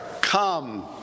Come